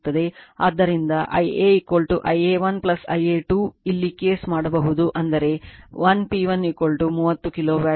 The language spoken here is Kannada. ಆದ್ದರಿಂದ Ia Ia 1 Ia 2 ಇಲ್ಲಿ ಕೇಸ್ ಮಾಡಬಹುದು ಅಂದರೆ 1 P1 30 KW cos 1